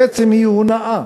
בעצם היא הונאה,